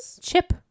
Chip